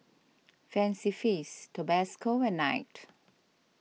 Fancy Feast Tabasco and Knight